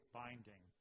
binding